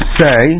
say